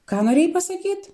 ką norėjai pasakyt